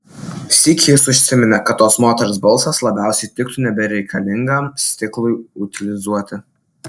sykį jis užsiminė kad tos moters balsas labiausiai tiktų nebereikalingam stiklui utilizuoti